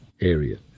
area